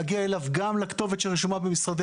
להגיע אליו גם לכתובת שרשומה במשרדי